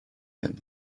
mêmes